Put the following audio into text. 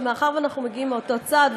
ומאחר שאנחנו מגיעים מאותו צד,